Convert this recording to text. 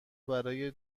برای